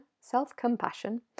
self-compassion